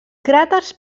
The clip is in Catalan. cràters